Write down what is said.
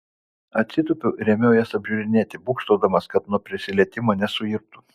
atsitūpiau ir ėmiau jas apžiūrinėti būgštaudamas kad nuo prisilietimo nesuirtų